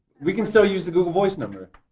we can still use the google voice number.